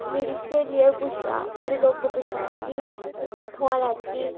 मेरी स्हेली ने पुच्छेआ बड़े लोकें पुच्छेआ मिगी तूं कुत्थुआं लैती